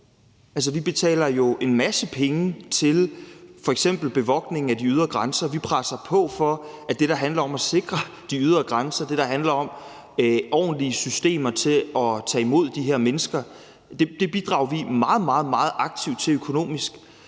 Vi betaler en masse penge til f.eks. bevogtning af de ydre grænser. Vi presser på for det, der handler om at sikre de ydre grænser, og det, der handler om at have ordentlige systemer til at tage imod de her mennesker. Det bidrager vi meget, meget aktivt til økonomisk,